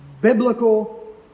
Biblical